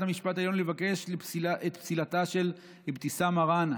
המשפט העליון לבקש את פסילתה של אבתיסאם מראענה.